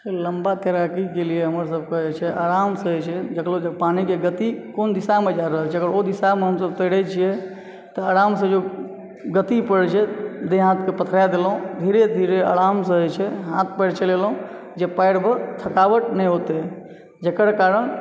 लम्बा तैराकीके लिय हमरसभके जे छै आरामसँ जे छै देखलहुँ कि पानिके गति कोन दिशामे जा रहल छै अगर ओ दिशामे हमसभ तैरय छियै तऽ आरामसँ जँ गति पकड़ै छै देह हाथके पथराए देलहुँ धीरे धीरे आरामसँ जे छै हाथ पयर चेलेलहुँ जँ पयरमे थकावट नहि अओते जेकर कारण